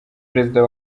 perezida